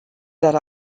that